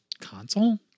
console